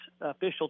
official